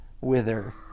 wither